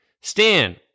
Stan